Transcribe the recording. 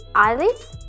eyelids